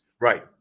Right